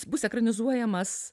bus ekranizuojamas